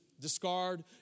discard